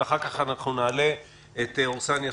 ואחר כך נעלה את עורסאן יאסין,